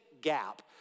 gap